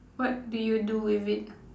what do you do with it